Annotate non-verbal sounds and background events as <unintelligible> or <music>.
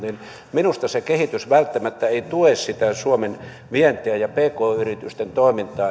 minusta se kehitys välttämättä ei tue sitä suomen vientiä ja pk yritysten toimintaa <unintelligible>